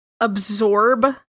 absorb